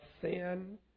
sin